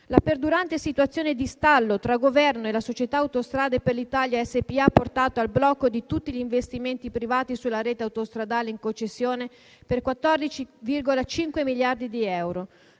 la perdurante situazione di stallo tra Governo e la società Autostrade per l'Italia SpA ha portato al blocco di tutti gli investimenti privati sulla rete autostradale in concessione per 14,5 miliardi di euro,